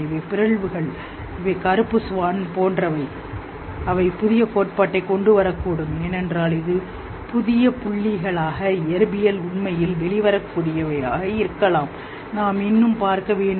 இவை பிறழ்வுகள் இவை கருப்பு ஸ்வான் போன்றவை அவை புதிய கோட்பாட்டைக் கொண்டுவரக்கூடும் ஏனென்றால் இது புதியபுள்ளிகளாக இயற்பியல் உண்மையில் வெளிவரக்கூடியஇருக்கலாம் நாம் இன்னும் பார்க்க வேண்டும்